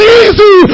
easy